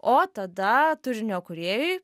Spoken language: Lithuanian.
o tada turinio kūrėjui